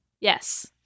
Yes